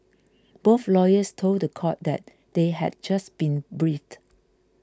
both lawyers told the court that they had just been briefed